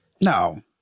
no